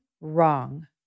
wrong